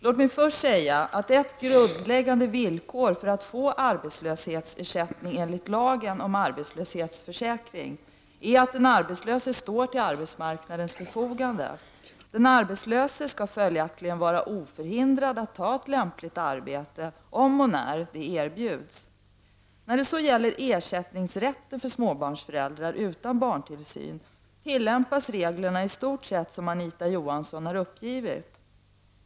Låt mig först säga att ett grundläggande villkor för att få arbetslöshetsersättning enligt lagen om arbetslöshetsförsäkring är att den arbetslöse står till arbetsmarknadens förfogande. Den arbetslöse skall följaktligen vara oförhindrad att ta ett lämpligt arbete, om och när det erbjuds. När det så gäller ersättningsrätten för småbarnsföräldrar utan barntillsyn tillämpas reglerna i stort sett som Anita Johansson har uppgivit.